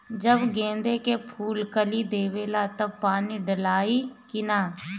जब गेंदे के फुल कली देवेला तब पानी डालाई कि न?